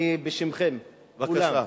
אני בשמכם, כולם,